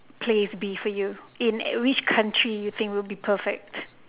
place be for you in a which country do you think will be perfect